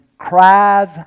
cries